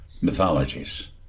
mythologies